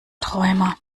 träumer